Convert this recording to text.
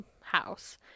house